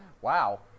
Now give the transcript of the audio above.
Wow